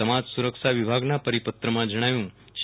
સમજ સુરક્ષા વિભાગના પરિપત્રમાં જણાવ્યું છે